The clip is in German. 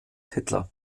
hitler